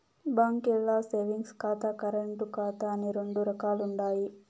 బాంకీల్ల సేవింగ్స్ ఖాతా, కరెంటు ఖాతా అని రెండు రకాలుండాయి